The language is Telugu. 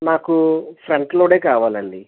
నాకు సరుకులుడే కావాలండి